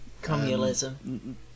Communism